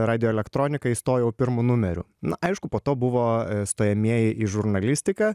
radioelektroniką įstojau pirmu numeriu na aišku po to buvo stojamieji į žurnalistiką